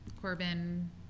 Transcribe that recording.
Corbin